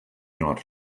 not